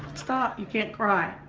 stop, you can't cry.